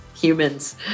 humans